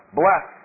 bless